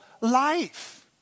life